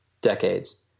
decades